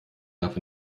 darf